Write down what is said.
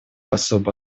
особо